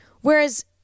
Whereas